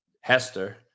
Hester